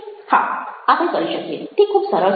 હા આપણે કરી શકીએ તે ખૂબ સરળ છે